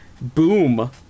boom